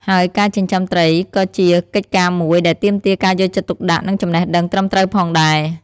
ហើយការចិញ្ចឹមត្រី ក៏ជាកិច្ចការមួយដែលទាមទារការយកចិត្តទុកដាក់ និងចំណេះដឹងត្រឹមត្រូវផងដែរ។